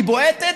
היא בועטת,